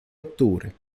octubre